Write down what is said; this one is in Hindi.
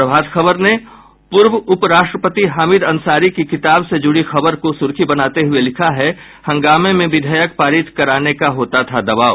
प्रभात खबर ने पूर्व उप राष्ट्रपति हामिद अंसारी की किताब से जुड़ी खबर को सुर्खी बनाते हुये लिखा है हंगामे में विधेयक पारित कराने का होता था दबाव